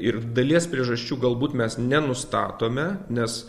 ir dalies priežasčių galbūt mes nenustatome nes